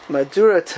Madura